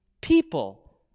people